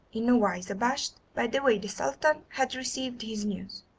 in no wise abashed by the way the sultan had received his news.